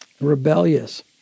rebellious